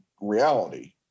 reality